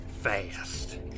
fast